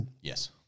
Yes